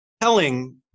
telling